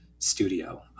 studio